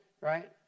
right